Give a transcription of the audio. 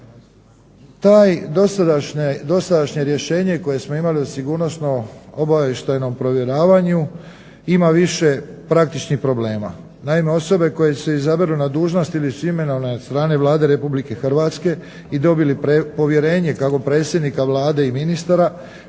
To dosadašnje rješenje koje smo imali o sigurnosno-obavještajnom provjeravanju ima više praktičnih problema. Naime, osobe koje se izaberu na dužnost ili su imenovane od strane Vlade Republike Hrvatske i dobile povjerenje kako predsjednika Vlade i ministara